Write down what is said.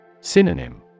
Synonym